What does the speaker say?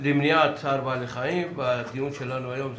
למניעת צער בעלי חיים והדיון שלנו היום הוא